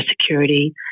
security